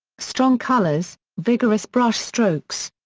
strong colours, vigorous brushstrokes.